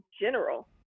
general